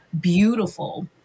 beautiful